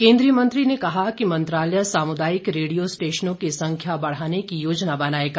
केन्द्रीय मंत्री कहा कि मंत्रालय सामुदायिक रेडियो स्टेशनों की संख्या बढ़ाने की योजना बनायेगा